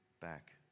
back